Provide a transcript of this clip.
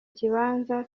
kibanza